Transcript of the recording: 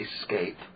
escape